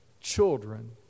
Children